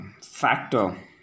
factor